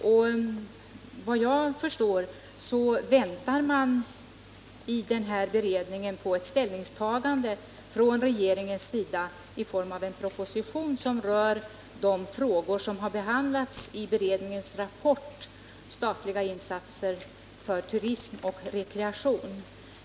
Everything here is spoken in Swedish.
Enligt vad jag förstår väntar man i beredningen på ett ställningstagande från regeringens sida i form av en proposition som rör de frågor som har behandlats i beredningens rapport Statliga insatser för turism och rekreation.